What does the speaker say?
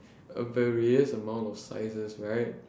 a various amount of sizes right